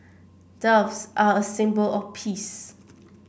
doves are a symbol of peace